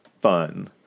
fun